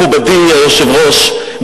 מכובדי היושב-ראש,